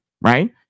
Right